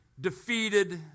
defeated